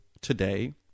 today